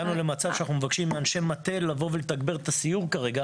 הגענו למצב שאנחנו מבקשים מאנשי מטה לבוא ולתגבר את הסיור כרגע,